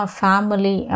family